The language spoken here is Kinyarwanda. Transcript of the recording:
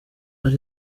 ari